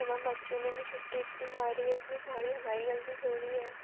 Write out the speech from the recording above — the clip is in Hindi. तो मैम बच्चों ने भी छुट्टी इतनी मारी है इसमें सारी हमारी ग़लती थोड़ी है